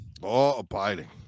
Law-abiding